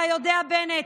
אתה יודע, בנט,